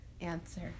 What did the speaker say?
answer